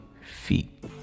feet